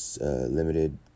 limited